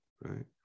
right